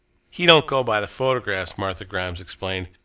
he don't go by the photographs, martha grimes explained.